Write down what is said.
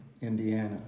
Indiana